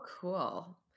cool